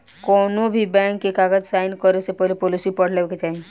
कौनोभी बैंक के कागज़ साइन करे से पहले पॉलिसी पढ़ लेवे के चाही